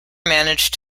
managed